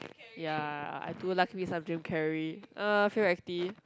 ya I do like me some Jim-Carrey uh favourite actee